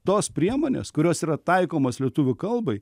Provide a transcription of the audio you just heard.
tos priemonės kurios yra taikomos lietuvių kalbai